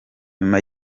nyuma